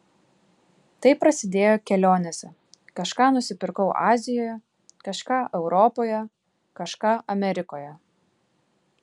tai prasidėjo kelionėse kažką nusipirkau azijoje kažką europoje kažką amerikoje